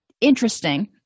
interesting